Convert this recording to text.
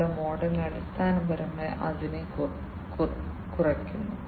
input ഔട്ട്പുട്ടിൽ നിന്ന് സിപിയുവിലേക്കും ഡാറ്റ അയയ്ക്കാം